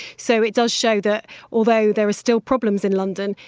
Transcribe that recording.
so, it does show that although there are still problems in london,